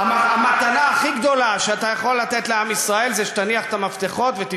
המתנה הכי גדולה שאתה יכול לתת לעם ישראל זה שתניח את המפתחות ותתפטר,